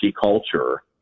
culture